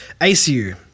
ACU